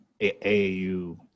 AAU